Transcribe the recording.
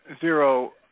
zero